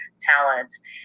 talents